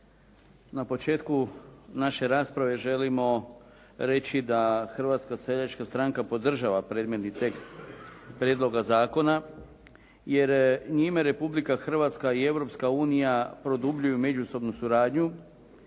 Na početku naše rasprave želimo reći da Hrvatska seljačka stranka podržava predmetni tekst prijedloga zakona, jer njime Republika Hrvatska i Europska unija produbljuju međusobnu suradnju